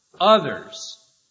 others